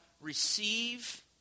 receive